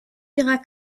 ihrer